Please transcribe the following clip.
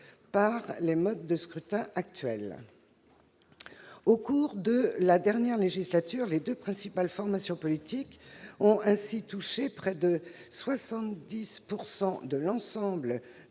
par les modes actuels de scrutin. Au cours de la dernière législature, les deux principales formations politiques ont ainsi touché près de 70 % de l'ensemble